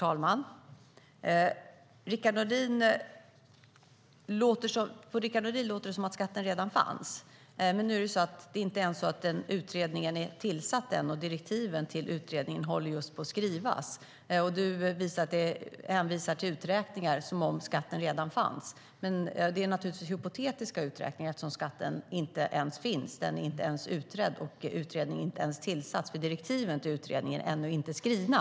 Herr talman! På Rickard Nordin låter det som att skatten redan finns. Men utredningen är inte ens tillsatt än, och direktiven till utredningen håller just på att skrivas. Rickard Nordin hänvisar till uträkningar som om skatten redan finns. Men det är naturligtvis hypotetiska uträkningar eftersom skatten inte ens finns och inte ens är utredd. Utredningen har inte tillsatts eftersom direktiven till utredningen ännu inte är skrivna.